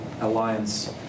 alliance